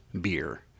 beer